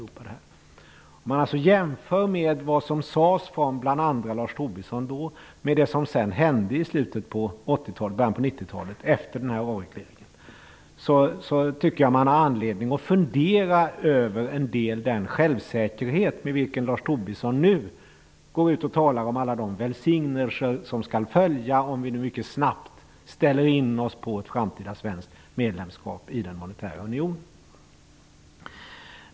Om man jämför det som sades av bl.a. Lars Tobisson med det som sedan hände i slutet av 80-talet och början av 90-talet, efter den här avregleringen, tycker jag att man har anledning att fundera en del över den självsäkerhet med vilken Lars Tobisson nu går ut och talar om alla de välsignelser som skall följa om vi mycket snabbt ställer in oss på ett framtida svenskt medlemskap i den monetära unionen.